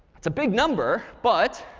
it's a big number, but